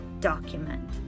document